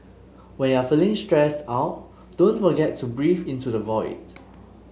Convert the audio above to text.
when you are feeling stressed out don't forget to breathe into the void